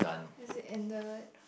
has it ended